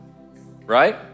right